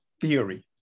theory